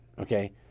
okay